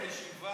בישיבה.